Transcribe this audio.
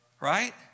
right